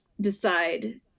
decide